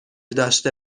داشته